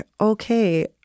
okay